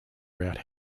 route